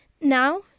Now